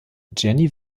jenny